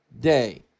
day